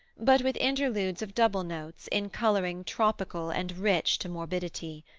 but with interludes of double notes, in coloring tropical and rich to morbidity.